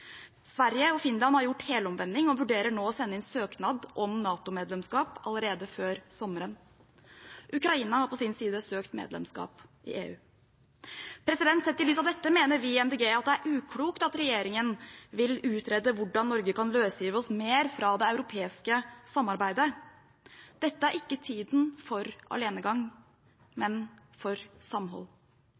Sverige og Finland har gjort helomvending og vurderer nå å sende inn søknad om NATO-medlemskap allerede før sommeren. Ukraina har på sin side søkt medlemskap i EU. Sett i lys av dette mener vi i Miljøpartiet De Grønne at det er uklokt at regjeringen vil utrede hvordan Norge kan løsrive seg mer fra det europeiske samarbeidet. Dette er ikke tiden for alenegang, men for samhold.